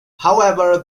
however